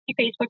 Facebook